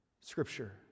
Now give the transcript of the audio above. scripture